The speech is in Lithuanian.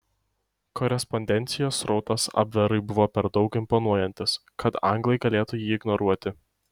korespondencijos srautas abverui buvo per daug imponuojantis kad anglai galėtų jį ignoruoti